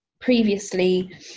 previously